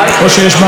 בעוצמה,